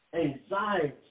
anxiety